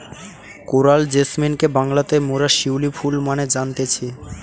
coral জেসমিনকে বাংলাতে মোরা শিউলি ফুল মানে জানতেছি